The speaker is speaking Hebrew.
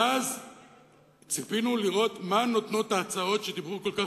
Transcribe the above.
ואז ציפינו לראות מה נותנות ההצעות שדיברו כל כך